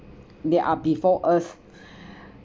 they are before us